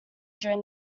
during